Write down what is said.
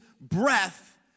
breath